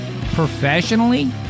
Professionally